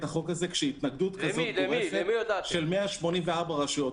החוק הזה כשיש התנגדות כזאת גורפת של 184 רשויות.